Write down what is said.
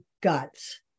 guts